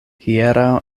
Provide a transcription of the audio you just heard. hieraŭ